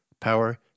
power